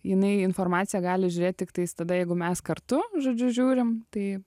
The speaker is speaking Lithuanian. jinai informaciją gali žiūrėt tiktais tada jeigu mes kartu žodžiu žiūrim tai